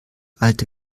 alte